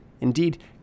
Indeed